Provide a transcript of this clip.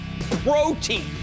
Protein